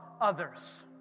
others